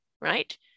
right